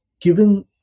given